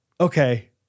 okay